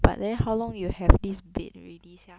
but then how long you have this bed already sia